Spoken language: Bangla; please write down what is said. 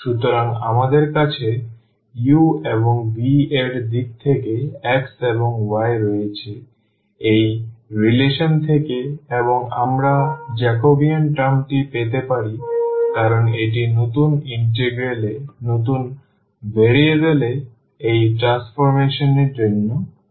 সুতরাং আমাদের কাছে u এবং v এর দিক থেকে x এবং y রয়েছে এই রিলেসন থেকে এবং আমরা জ্যাকোবিয়ান টার্মটি পেতে পারি কারণ এটি নতুন ইন্টিগ্রাল এ নতুন ভ্যারিয়েবল এ এই ট্রান্সফরমেশন এর জন্য প্রয়োজন